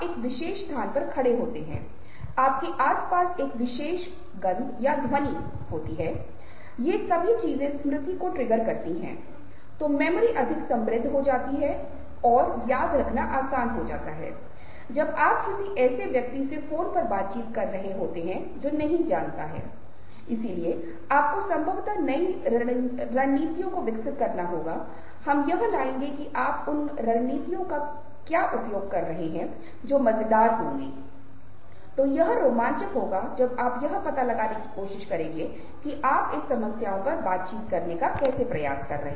कुछ सिद्धांतकार थे जिन्होंने महसूस किया कि चेहरे की भावनाओं सहित हमारे सभी प्रकार के भाव सामाजिक रूप से संचालित होते हैं सामाजिक रूप से उत्पन्न होते हैं लेकिन यह पॉल एकमैन थे जिन्होने कुछ ऐसे समुदायों या वीडियो का अध्ययन करके पाया जिनका सभ्यता के साथ बहुत लंबे समय तक कोई संपर्क नहीं था कि निश्चित चेहरे के अभिव्यक्तियाँ भावनाएं सार्वभौमिक हैं इस अर्थ में कि वे लगभग सभी देशों में उपलब्ध हैं और जब कोई आपको नहीं देख रहा है तो ये ऐसे भाव हैं जो आप देते हैं